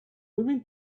women